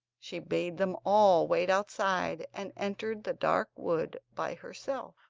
she bade them all wait outside, and entered the dark wood by herself.